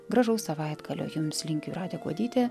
gražaus savaitgalio jums linki jūratė kuodytė